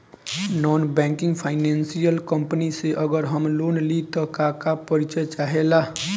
Non banking financial company से अगर हम लोन लि त का का परिचय चाहे ला?